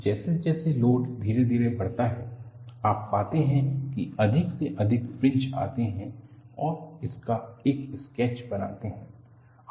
जैसे जैसे लोड धीरे धीरे बढ़ता है आप पाते हैं कि अधिक से अधिक फ्रिंज आते हैं और इसका एक स्केच बनाते हैं